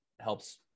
helps